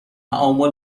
تعامل